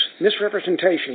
misrepresentation